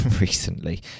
recently